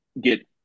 get